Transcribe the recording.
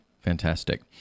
fantastic